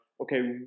Okay